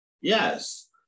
Yes